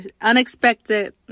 unexpected